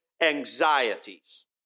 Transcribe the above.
anxieties